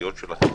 לתחזיות שלכם.